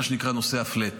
מה שנקרא נושא הפלאט.